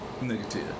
negative